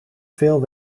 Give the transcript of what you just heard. veel